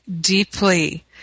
deeply